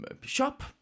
shop